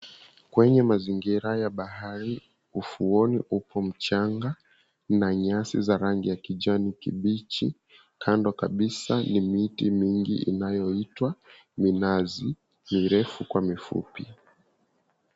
Kwenye mazingira ya bahari ufuoni upo mchanga na nyasi za rangi ya kijani kibichi kando kabisa ni miti mingi inayoitwa minazi mirefu kwa mifupi.